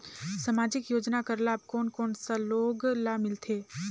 समाजिक योजना कर लाभ कोन कोन सा लोग ला मिलथे?